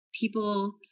people